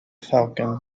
falcon